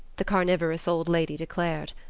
the carnivorous old lady declared.